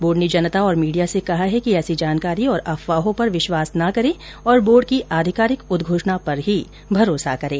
board ने जनता और मीडिया से कहा है कि ऐसी जानकारी और अफवाहों पर विश्वास न करें और बोर्ड की आधिकारिक उदघोषणा पर ही भरोसा करें